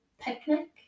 picnic